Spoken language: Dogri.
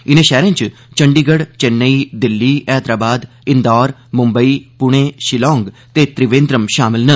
इनें षैहरें च चंढीगड़ चिन्नेई दिल्ली हैदराबाद इंदौर मुंबई पुणे षिलांग ते त्रिवेंन्द्रम षामल न